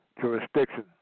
jurisdiction